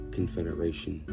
Confederation